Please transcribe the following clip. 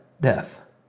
death